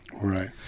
right